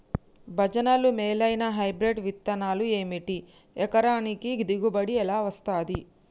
భజనలు మేలైనా హైబ్రిడ్ విత్తనాలు ఏమిటి? ఎకరానికి దిగుబడి ఎలా వస్తది?